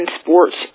sports